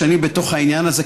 שאני בתוך העניין הזה,